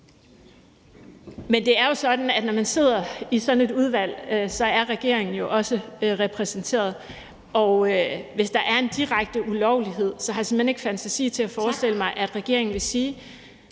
Men det er jo sådan, at når man sidder i sådan et udvalg, er regeringen også repræsenteret, og hvis der er en direkte ulovlighed, har jeg simpelt hen ikke fantasi til at forestille mig, at regeringen vil sige: